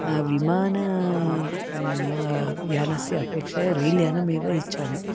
विमान यानस्य अपेक्षया रैल्यानमेव इच्छामि